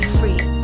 free